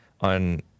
on